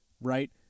right